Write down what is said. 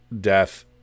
death